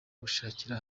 gushakira